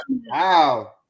Wow